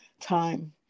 time